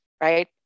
right